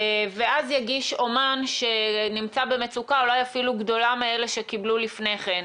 ואז יגיש אומן שנמצא במצוקה אולי אפילו גדולה מאלו שקיבלו לפני כן,